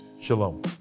Shalom